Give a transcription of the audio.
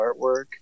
artwork